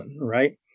right